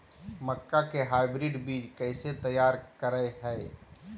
मक्का के हाइब्रिड बीज कैसे तैयार करय हैय?